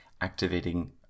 activating